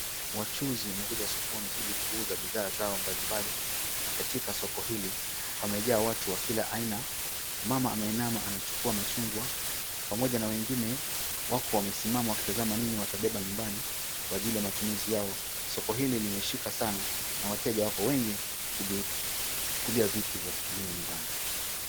wachuuzi wamekuja sokoni ili kuuza bidhaa zao mbalimbali. Katika soko hili pamejaa watu wa kila aina. Mama ameinama anachukua machungwa pamoja na wengine wako wamesimama wakitazama nini watabeba nyumbani kwa ajili ya matumizi yao. Soko hili limeshika sana na wateja wako wengi kujichukulia vitu vya kutumia nyumbani.